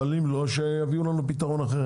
אם לא, שיביאו לנו פתרון אחר.